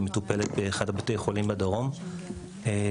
שמטופלת באחד מבתי החולים בדרום הארץ.